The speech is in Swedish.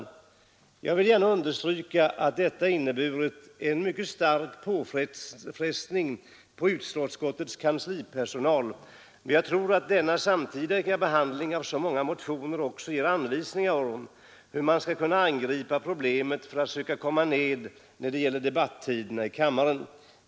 Jag vill gärna understryka att detta inneburit en mycket stark påfrestning på utskottets kanslipersonal. Men jag tror att denna samtidiga behandling av så många motioner också ger anvisningar om hur man skall kunna angripa problemet att få ned debattiderna i kammaren.